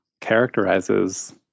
characterizes